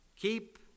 Keep